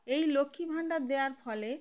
এই লক্ষ্মী ভাণ্ডার দেওয়ার ফলে